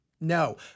No